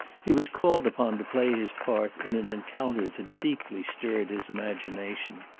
he was called upon to play his part in an encounter that deeply stirred his imagination.